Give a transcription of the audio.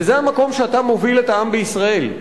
וזה המקום שאתה מוביל אליו את העם בישראל.